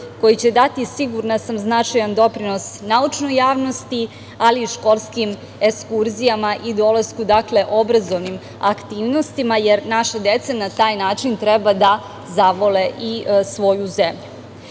koji će dati sigurna sam značajan doprinos naučnoj javnosti ali i školskim ekskurzijama i dolasku obrazovnim aktivnostima, jer naša deca na taj način treba da zavole i svoju